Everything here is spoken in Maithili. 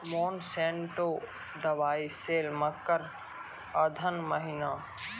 मोनसेंटो दवाई सेल मकर अघन महीना,